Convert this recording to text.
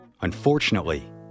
Unfortunately